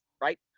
right